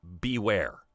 beware